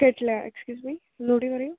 കേട്ടില്ല excuse me ഒന്നുകൂടി പറയൂ